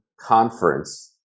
conference